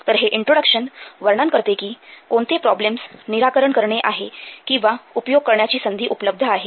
तर हे इंट्रोडक्शन वर्णन करते की कोणते प्रॉब्लेम्स निराकरण करणे आहे किंवा उपयोग करण्याची संधी उपलब्ध आहे